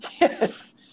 yes